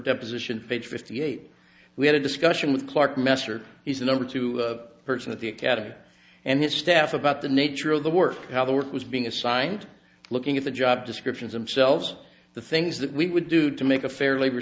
deposition fade fifty eight we had a discussion with clarke messer he's the number two person at the academy and his staff about the nature of the work how the work was being assigned looking at the job descriptions them selves the things that we would do to make a fair labor